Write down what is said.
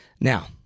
Now